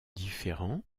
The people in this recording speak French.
différent